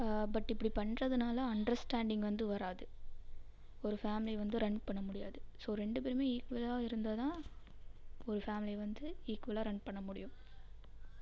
but இப்படி பண்ணுறதுனால understanding வந்து வராது ஒரு ஃபேமிலி வந்து ரன் பண்ண முடியாது ஸோ ரெண்டு பேருமே ஈக்குவலா இருந்தால்தான் ஒரு ஃபேமிலியை வந்து ஈக்குவலாக ரன் பண்ணமுடியும்